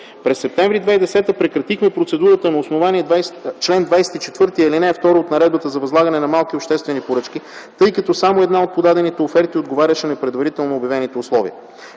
През м. септември 2010 г. прекратихме процедурата на основание чл. 24, ал. 2 от Наредбата за възлагане на малки обществени поръчки, тъй като само една от подадените оферти отговаряше на предварително обявените условия.